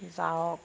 যাওক